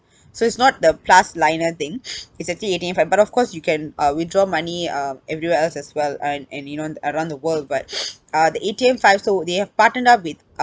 so it's not the plus liner thing it's actually A_T_M five but of course you can uh withdraw money uh everywhere else as well and and you know around the world but uh the A_T_M five so they have partnered up with uh